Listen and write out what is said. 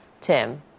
Tim